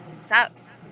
sucks